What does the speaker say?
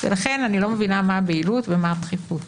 ולכן אני לא מבינה מה הבהילות ומה הדחיפות.